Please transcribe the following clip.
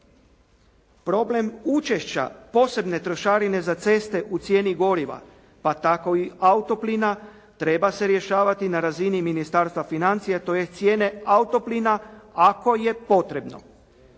Problem učešća posebne trošarine za ceste u cijeni goriva, pa tako i auto plina treba se rješavati na razini Ministarstva financija to jest cijene auto plina, ako je potrebno.